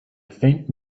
faint